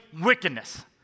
wickedness